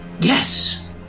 Yes